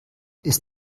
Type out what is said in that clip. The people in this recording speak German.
ist